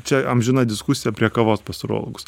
čia amžina diskusija prie kavos pas urologus